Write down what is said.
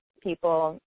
people